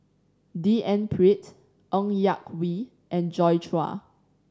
D N Pritt Ng Yak Whee and Joi Chua